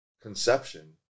conception